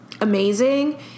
amazing